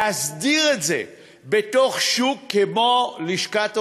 להסדיר את זה בתוך שוק, כמו לשכת עורכי-הדין,